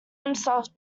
himself